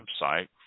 website